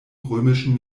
römischen